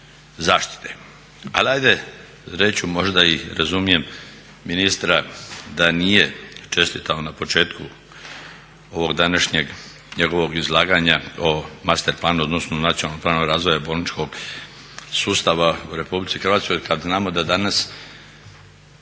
zaštite. Ali ajde reći ću možda i razumijem ministra da nije čestitao na početku ovog današnjeg njegovog izlaganja o master planu odnosno Nacionalnom planu razvoja bolničkog sustava u RH kad znamo da danas